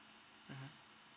mmhmm